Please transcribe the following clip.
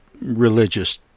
religious